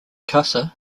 casa